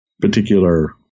particular